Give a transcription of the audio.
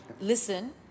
Listen